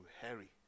Harry